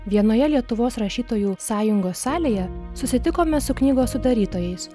vienoje lietuvos rašytojų sąjungos salėje susitikome su knygos sudarytojais